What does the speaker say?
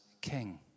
king